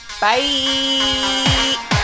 Bye